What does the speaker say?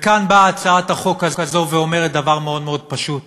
וכאן באה הצעת החוק הזאת ואומרת דבר מאוד מאוד פשוט,